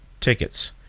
tickets